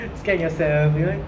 scan yourself you know like